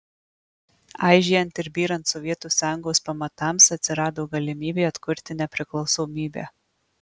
aižėjant ir byrant sovietų sąjungos pamatams atsirado galimybė atkurti nepriklausomybę